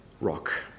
rock